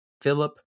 Philip